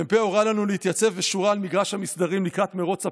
המ"פ הורה לנו להתייצב בשורה על מגרש המסדרים לקראת מרוץ הפילים.